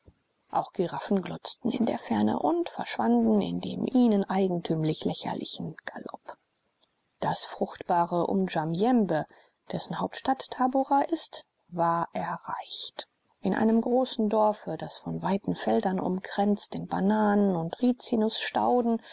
auch giraffen glotzten in der ferne und verschwanden in dem ihnen eigentümlichen lächerlichen galopp das fruchtbare unyamjembe dessen hauptstadt tabora ist war erreicht in einem großen dorfe das von weiten feldern umkränzt in bananen und